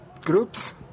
groups